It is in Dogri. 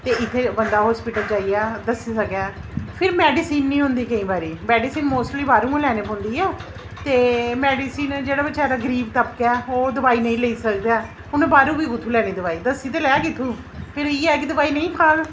ते बंदा अस्पताल च आइयै दस्सी सकै फिर मैडिसन निं होंदी केईं बारी मैडिसन बाह्रूं ई लैनी पौंदी ऐ ते मैडिसन जेह्ड़ा बचैरा गरीब तबका ऐ ओह् दबाई नेईं लेई सकदा ऐ उ'न्न बाह्रूं बी कुत्थै लैनी दोआई दस्सी ते लैग इत्थै फिर इ'यै कि दोआई नेईं खाह्ग